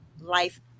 life